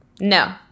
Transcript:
No